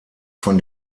von